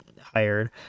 hired